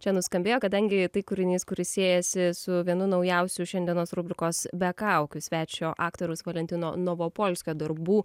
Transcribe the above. čia nuskambėjo kadangi tai kūrinys kuris siejasi su vienu naujausių šiandienos rubrikos be kaukių svečio aktoriaus valentino novopolskio darbų